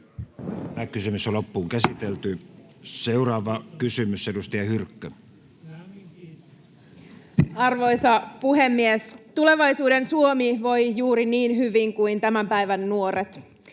myös muut. Seuraava kysymys, edustaja Hyrkkö. Arvoisa puhemies! Tulevaisuuden Suomi voi juuri niin hyvin kuin tämän päivän nuoret.